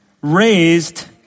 raised